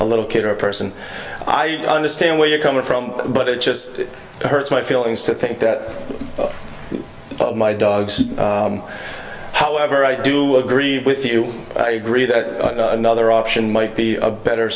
a little kid or a person i understand where you're coming from but it just hurts my feelings to think that my dogs however i do agree with you i agree that another option might be better